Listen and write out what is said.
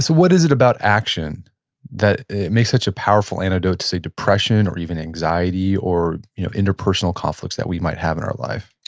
what is it about action that makes such a powerful antidote to, say, depression, or even anxiety, or interpersonal conflicts that we might have in our life?